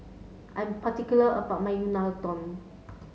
I'm particular about my Unadon